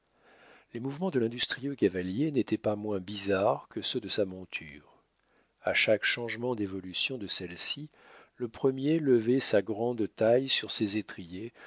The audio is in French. les mouvements de l'industrieux cavalier n'étaient pas moins bizarres que ceux de sa monture à chaque changement d'évolution de celle-ci le premier levait sa grande taille sur ses étriers